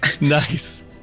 Nice